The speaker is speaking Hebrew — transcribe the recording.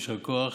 יישר כוח,